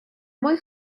muy